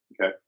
Okay